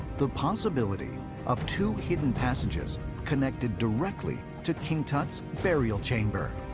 the possibility of two hidden passages connected directly to king tut's burial chamber.